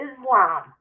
Islam